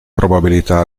probabilità